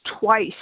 twice